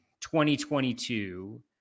2022